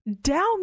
down